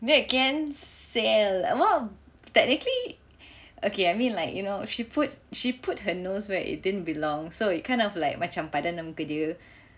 she need to gain sale you know technically okay I mean like you know she put she put her nose where it didn't belong so it kind of like macam padanlah muka dia